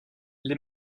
les